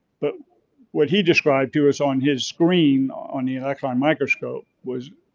but what he described to us on his screen on the electron microscope was